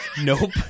Nope